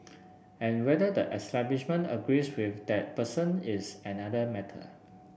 and whether the establishment agrees with that person is another matter